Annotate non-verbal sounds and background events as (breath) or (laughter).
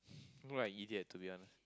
(breath) you are an idiot to be honest